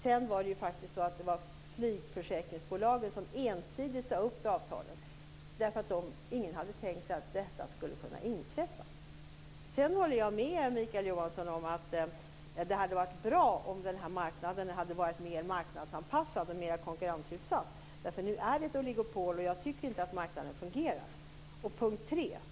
Sedan var det faktiskt flygförsäkringsbolagen som ensidigt sade upp avtalen, därför att ingen hade tänkt sig att detta skulle kunna inträffa. Sedan håller jag med Mikael Johansson om att det hade varit bra om den här marknaden hade varit mer marknadsanpassad och mer konkurrensutsatt, därför att nu är det ett oligopol, och jag tycker inte att marknaden fungerar.